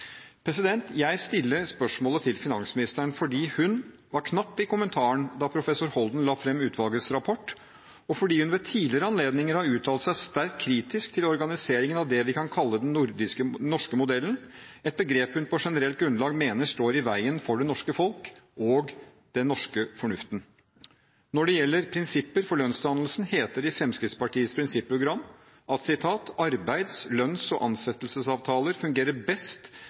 Jeg stiller spørsmålet til finansministeren fordi hun var knapp i kommentaren da professor Holden la fram utvalgets rapport og fordi hun ved tidligere anledninger har uttalt seg sterkt kritisk til organiseringen av det vi kan kalle den norske modellen, et begrep hun på generelt grunnlag mener står i veien for det norske folk og den norske fornuften. Når det gjelder prinsipper for lønnsdannelsen, heter det i Fremskrittspartiets prinsipprogram: «Arbeids-, lønns- og ansettelsesavtaler fungerer best